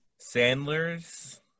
Sandler's